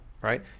right